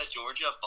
Georgia